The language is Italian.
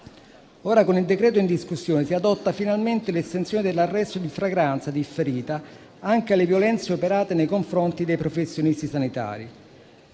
Ora, con il decreto-legge in discussione, si adotta finalmente l'estensione dell'arresto in flagranza differita anche alle violenze operate nei confronti dei professionisti sanitari.